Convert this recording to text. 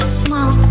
small